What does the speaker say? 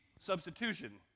substitution